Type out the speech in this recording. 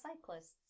cyclists